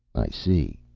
see,